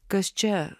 kas čia